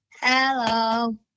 Hello